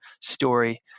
story